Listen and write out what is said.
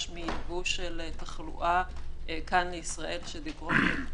מייבוא של תחלואה כאן לישראל שיגרום להתפרצויות.